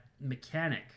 mechanic